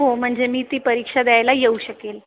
हो म्हणजे मी ती परीक्षा द्यायला येऊ शकेल